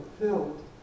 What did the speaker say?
filled